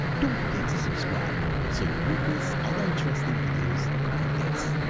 don't forget to subscribe so you won't miss other interesting videos like this.